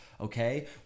okay